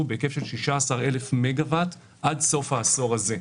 בהיקף של 16,000 מגה-ואט עד סוף העשור הזה.